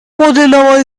подлинного